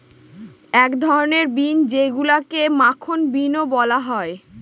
এক ধরনের বিন যেইগুলাকে মাখন বিনও বলা হয়